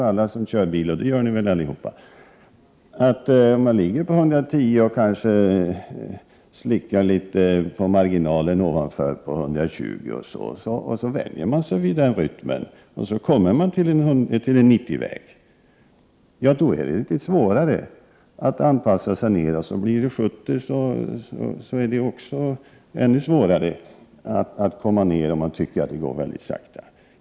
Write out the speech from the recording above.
Alla som kör bil — och det gör vi väl allihop — vet att om man ligger på 110, och kanske slickar på marginalen ovanför till 120, så vänjer man sig vid den rytmen. Kommer man sedan in på en 90-väg är det svårt att anpassa sig nedåt, och blir det 70-väg är det ännu svårare. Man tycker det går väldigt sakta.